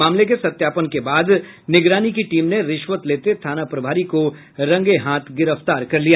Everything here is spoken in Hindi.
मामले के सत्यापन के बाद निगरानी की टीम ने रिश्वत लेते थाना प्रभारी को रंगे हाथ गिरफ्तार कर लिया